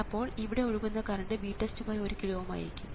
അപ്പോൾ ഇവിടെ ഒഴുകുന്ന കറണ്ട് VTEST 1 കിലോ Ω ആയിരിക്കും